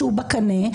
שהוא בקנה,